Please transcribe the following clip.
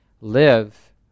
live